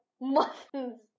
muffins